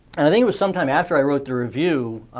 and i think it was some time after i wrote the review,